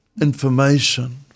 information